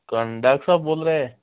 कौन डाकर साहब बोल रहें